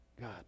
God